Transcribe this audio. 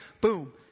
Boom